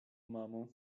mamo